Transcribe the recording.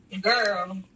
girl